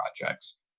projects